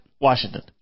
Washington